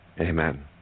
Amen